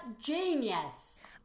genius